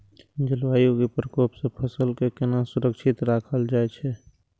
जलवायु के प्रकोप से फसल के केना सुरक्षित राखल जाय छै?